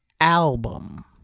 album